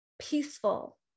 Peaceful